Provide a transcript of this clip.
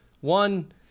One